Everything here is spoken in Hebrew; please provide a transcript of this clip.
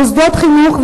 מוסדות חינוך,